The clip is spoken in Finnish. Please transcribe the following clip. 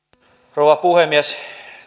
rouva puhemies